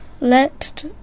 Let